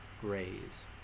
graze